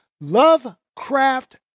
Lovecraft